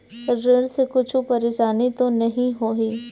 ऋण से कुछु परेशानी तो नहीं होही?